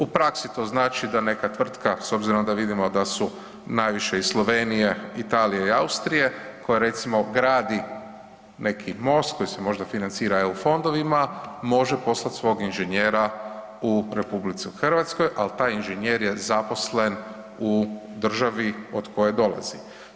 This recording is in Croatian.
U praksi to znači da neka tvrtka s obzirom da vidimo da su najviše iz Slovenije, Italije i Austrije, koja recimo gradi neki most koji se možda financira EU fondovima, može poslat svog inženjera u RH, al taj inženjer je zaposlen u državi od koje dolazi.